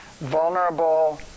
Vulnerable